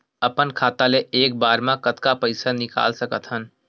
अपन खाता ले एक बार मा कतका पईसा निकाल सकत हन?